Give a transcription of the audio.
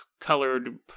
colored